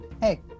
hey